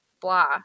blah